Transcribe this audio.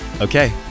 Okay